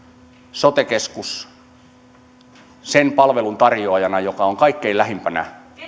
sote keskus on se palveluntuottaja sen palvelun tarjoajana joka on kaikkein lähimpänä